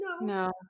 No